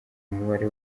umubare